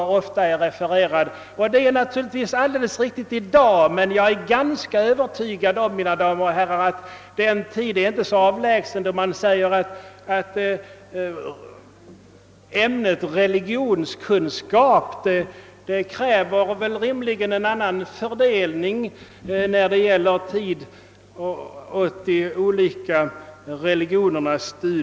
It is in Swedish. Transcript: Detta är naturligtvis i sin ordning i dag, men jag är ganska övertygad, mina damer och herrar, om att den tid inte är så avlägsen, då man säger att ett ämne som religionskunskap rimligen kräver en annan fördelning av studiematerialet om de olika religionerna.